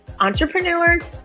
entrepreneurs